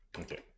Okay